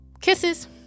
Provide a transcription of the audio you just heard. kisses